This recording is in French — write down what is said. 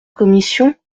commission